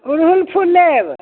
अड़हुल फूल लेब